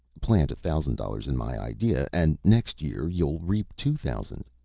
plant a thousand dollars in my idea, and next year you'll reap two thousand.